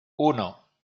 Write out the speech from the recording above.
uno